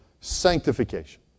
sanctification